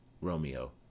Romeo